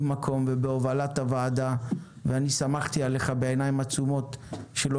מקום ובהובלת הוועדה ואני סמכתי עליך בעיניים עצומות שלא